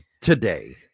today